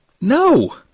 No